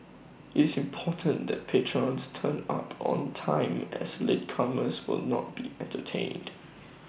IT is important that patrons turn up on time as latecomers will not be entertained